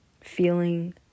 Feeling